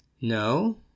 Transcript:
No